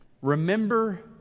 Remember